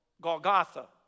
Golgotha